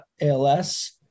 ALS